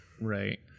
Right